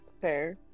fair